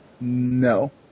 No